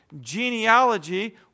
Genealogy